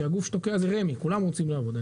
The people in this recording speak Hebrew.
שהגוף שתוקע זה רמ"י כי כולם רוצים לעבוד.